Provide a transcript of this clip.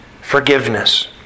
forgiveness